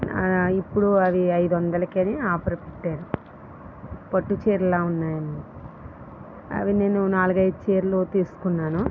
ఇప్పుడు అవి ఐదు వందలకి అని ఆఫర్ పెట్టారు పట్టు చీరలాగా ఉన్నాయి అని అవి నేను నాలుగైదు చీరలు తీసుకున్నాను